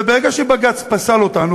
וברגע שבג"ץ פסל אותנו,